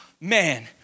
man